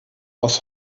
aus